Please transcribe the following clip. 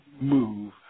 move